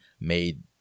made